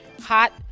hot